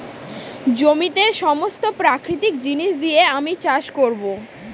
জমিতে সমস্ত প্রাকৃতিক জিনিস দিয়ে আমি চাষ করবো